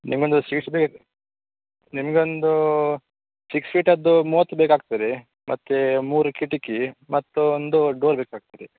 ನಿಮಗೊಂದು ಶೀಟ್ಸ್ ಬೇ ನಿಮಗೊಂದು ಸಿಕ್ಸ್ ಫೀಟದ್ದು ಮೂವತ್ತು ಬೇಕಾಗ್ತದೆ ಮತ್ತು ಮೂರು ಕಿಟಕಿ ಮತ್ತೊಂದು ಡೋರ್ ಬೇಕಾಗ್ತದೆ